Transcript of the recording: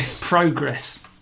progress